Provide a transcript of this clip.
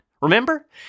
Remember